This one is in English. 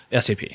SAP